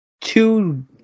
two